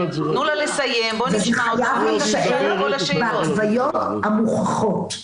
חייב להישאר בהתוויות המוכחות.